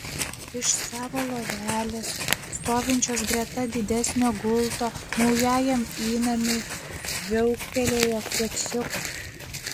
iš savo lovelės stovinčios greta didesnio gulto naujajam įnamiui viauktelėjo keksiukas